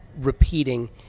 repeating